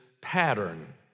pattern